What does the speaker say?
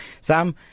Sam